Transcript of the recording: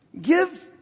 give